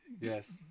Yes